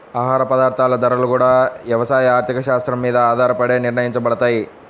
ఆహార పదార్థాల ధరలు గూడా యవసాయ ఆర్థిక శాత్రం మీద ఆధారపడే నిర్ణయించబడతయ్